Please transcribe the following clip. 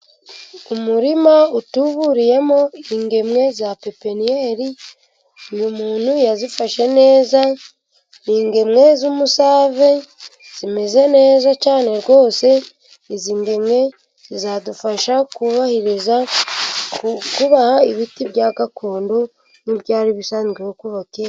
Umurima utuburiyemo ingemwe za pepeniyeri, uyu muntu yazifashe neza n'ingemwe z'umusave zimeze neza cyane rwose, izi ngemwe zizadufasha kubahiriza ku kubaha ibiti bya gakondo n'ibyari bisanzweho kuko ba kera.